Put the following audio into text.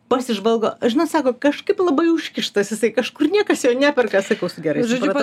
pasižvalgo žinot sako kažkaip labai užkištas jisai kažkur niekas jo neperka sakau su gerai supratau